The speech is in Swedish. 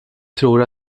tror